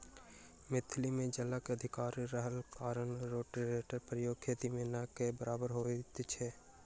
मिथिला मे जलक अधिकता रहलाक कारणेँ रोटेटरक प्रयोग खेती मे नै के बराबर होइत छै